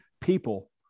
people